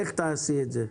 תעשי את זה.